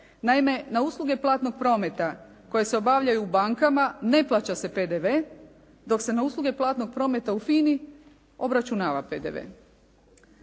Naime, na usluge platnog prometa koje se obavljaju u bankama ne plaća se PDV dok se na usluge platnog prometa u FINA-i obračunava PDV.